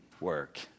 work